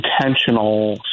intentional